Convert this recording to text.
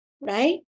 right